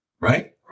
Right